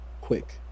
quick